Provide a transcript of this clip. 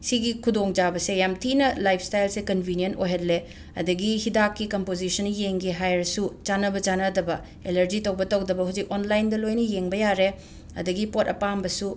ꯁꯤꯒꯤ ꯈꯨꯗꯣꯡꯆꯥꯕꯁꯦ ꯌꯥꯝꯅ ꯊꯤꯅ ꯂꯥꯏꯞꯁ꯭ꯇꯥꯏꯜꯁꯦ ꯀꯟꯕꯤꯅ꯭ꯌꯦꯟ ꯑꯣꯏꯍꯜꯂꯦ ꯑꯗꯒꯤ ꯍꯤꯗꯥꯛꯀꯤ ꯀꯝꯄꯣꯖꯤꯁꯟ ꯌꯦꯡꯒꯦ ꯍꯥꯏꯔꯁꯨ ꯆꯥꯅꯕ ꯆꯥꯅꯗꯕ ꯑꯦꯂꯔꯖꯤ ꯇꯧꯕ ꯇꯧꯗꯕ ꯍꯧꯖꯤꯛ ꯑꯣꯟꯂꯥꯏꯟꯗ ꯂꯣꯏꯅ ꯌꯦꯡꯕ ꯌꯥꯔꯦ ꯑꯗꯒꯤ ꯄꯣꯠ ꯑꯄꯥꯝꯕꯁꯨ